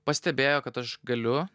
pastebėjo kad aš galiu